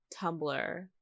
Tumblr